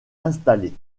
installés